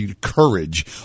courage